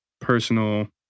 personal